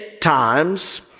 times